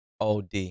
OD